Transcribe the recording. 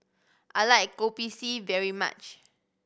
I like Kopi C very much